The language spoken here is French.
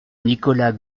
nicolas